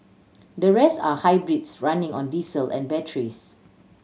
the rest are hybrids running on diesel and batteries